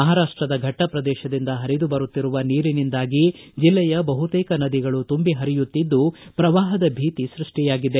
ಮಹಾರಾಷ್ಟದ ಘಟ್ಟದ ಪ್ರದೇಶದಿಂದ ಪರಿದುಬರುತ್ತಿರುವ ನೀರಿನಿಂದಾಗಿ ಜಿಲ್ಲೆಯ ಬಹುತೇಕ ನದಿಗಳು ತುಂಬಿ ಪರಿಯುತ್ತಿದ್ದು ಪ್ರವಾಹದ ಭೀತಿ ಸೃಷ್ಷಿಯಾಗಿದೆ